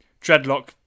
Dreadlock